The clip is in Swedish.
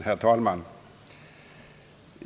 Herr talman!